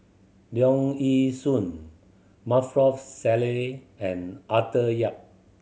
Leong Yee Soo Maarof Salleh and Arthur Yap